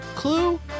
Clue